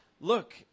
Look